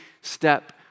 step